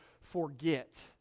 forget